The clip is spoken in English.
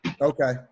Okay